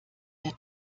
der